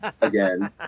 again